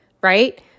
right